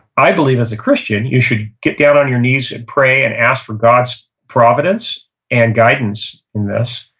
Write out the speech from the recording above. i believe as a christian, you should get down on your knees and pray and ask for god's providence and guidance in this,